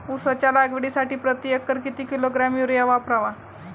उसाच्या लागवडीसाठी प्रति एकर किती किलोग्रॅम युरिया वापरावा?